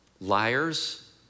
liars